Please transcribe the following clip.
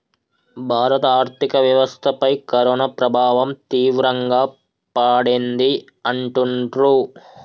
భారత ఆర్థిక వ్యవస్థపై కరోనా ప్రభావం తీవ్రంగా పడింది అంటుండ్రు